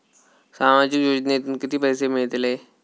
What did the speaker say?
सामाजिक योजनेतून किती पैसे मिळतले?